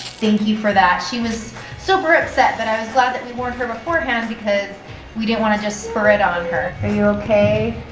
thank you for that, she was super upset, but i was glad that we warned her beforehand because we didn't wanna just spur it on her. are you okay?